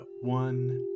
one